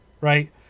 right